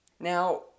Now